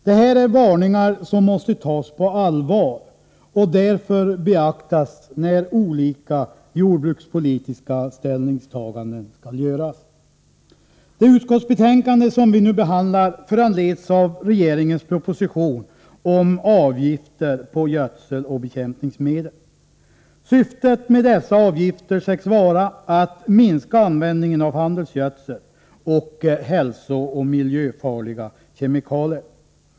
Detta är varningar som måste tas på allvar och beaktas när olika jordbrukspolitiska ställningstaganden skall göras. Det utskottsbetänkande som vi nu behandlar föranleds av regeringens proposition om avgifter på gödseloch bekämpningsmedel. Syftet med dessa avgifter sägs vara att minska användningen av handelsgödsel och hälsooch miljöfarliga kemikalier.